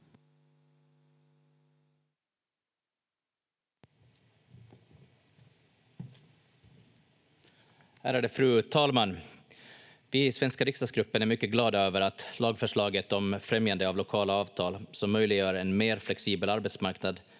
Ärade fru talman! Vi i svenska riksdagsgruppen är mycket glada över att lagförslaget om främjande av lokala avtal, som möjliggör en mer flexibel arbetsmarknad,